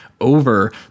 over